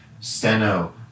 Steno